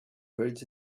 birds